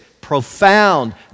profound